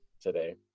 today